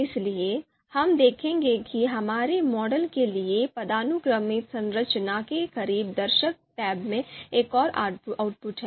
इसलिए हम देखेंगे कि हमारे मॉडल के लिए पदानुक्रमित संरचना के करीब दर्शक टैब में एक और आउटपुट है